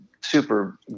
super